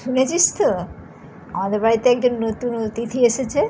শুনেছিস তো আমাদের বাড়িতে একজন নতুন অতিথি এসেছে